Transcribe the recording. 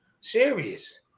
serious